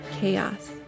chaos